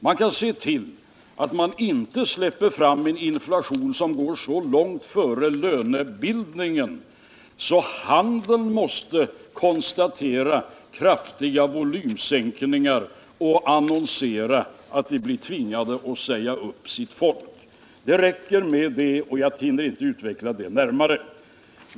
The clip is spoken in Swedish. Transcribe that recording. Man kan se till att man inte släpper fram en inflation, som går så långt före lönebildningen att handeln måste konstatera kraftiga volymminskningar och annonsera att den blir tvingad att säga upp sitt folk. Det räcker med detta, och jag hinner inte utveckla det närmare.